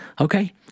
okay